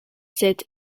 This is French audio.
sept